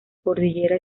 cordillera